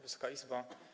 Wysoka Izbo!